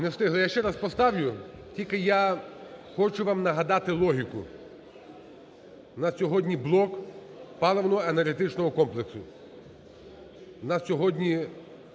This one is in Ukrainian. Я ще раз поставлю, тільки я хочу вам нагадати логіку. У нас сьогодні блок паливно-енергетичного комплексу,